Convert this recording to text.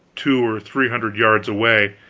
two or three hundred yards away,